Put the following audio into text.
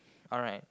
alright